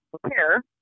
prepare